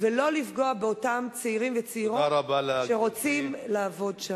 ולא לפגוע באותם צעירים וצעירות שרוצים לעבוד.